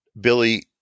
Billy